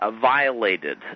violated